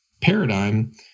paradigm